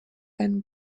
and